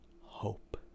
Hope